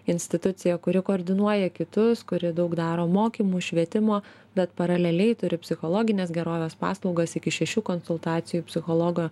institucija kuri koordinuoja kitus kuri daug daro mokymų švietimo bet paraleliai turi psichologinės gerovės paslaugas iki šešių konsultacijų psichologo